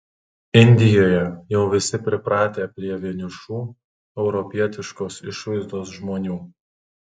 indijoje jau visi pripratę prie vienišų europietiškos išvaizdos žmonių